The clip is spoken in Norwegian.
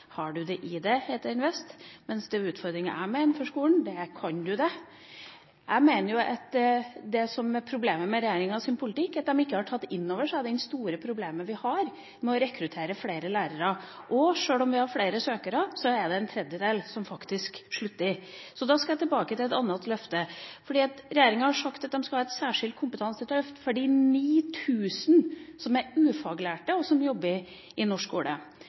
du det i deg?» heter den visst, mens den utfordringa jeg mener skolen har, er: Kan du det? Jeg mener at det som er problemet med regjeringas politikk, er at de ikke har tatt inn over seg det store problemet vi har med å rekruttere flere lærere. Sjøl om vi har flere søkere, er det faktisk en tredjedel som slutter. Så vil jeg tilbake til et annet løfte. Regjeringa har sagt at den skal ha et særskilt kompetanseløft for de 9 000 ufaglærte som jobber i norsk skole.